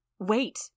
Wait